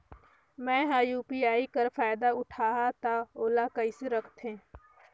मैं ह यू.पी.आई कर फायदा उठाहा ता ओला कइसे दखथे?